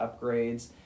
upgrades